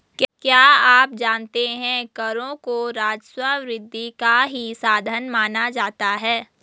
क्या आप जानते है करों को राजस्व वृद्धि का ही साधन माना जाता है?